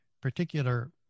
particular